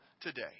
today